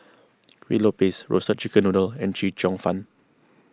Kueh Lopes Roasted Chicken Noodle and Chee Cheong Fun